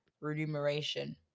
Remuneration